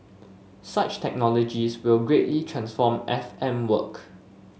such technologies will greatly transform F M work